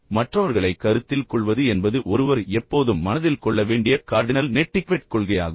எனவே மற்றவர்களைக் கருத்தில் கொள்வது என்பது ஒருவர் எப்போதும் மனதில் கொள்ள வேண்டிய கார்டினல் நெட்டிக்வெட் கொள்கையாகும்